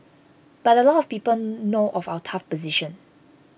but a lot of people know of our tough position